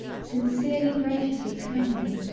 sincerely graciously trembling,